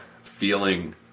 feeling